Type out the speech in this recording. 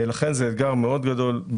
לכן זה אתגר מאוד גדול,